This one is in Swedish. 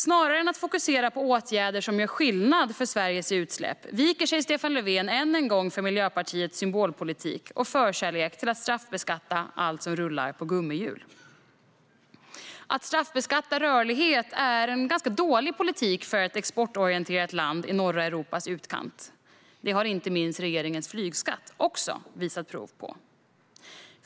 Snarare än att fokusera på åtgärder som gör skillnad för Sveriges utsläpp viker sig Stefan Löfven än en gång för Miljöpartiets symbolpolitik och förkärlek för att straffbeskatta allt som rullar på gummihjul. Att straffbeskatta rörlighet är en ganska dålig politik för ett exportorienterat land i norra Europas utkant. Det har inte minst regeringens flygskatt också visat prov på.